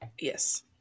Yes